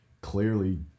clearly